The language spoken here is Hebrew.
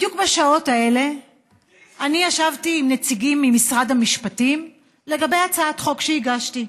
בדיוק בשעות האלה ישבתי עם נציגים ממשרד המשפטים לגבי הצעת חוק שהגשתי.